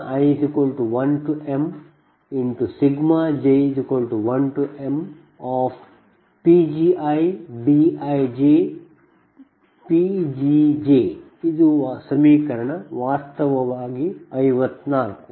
PLoss i1mj1mPgiBijPgj ಇದು ಸಮೀಕರಣ 54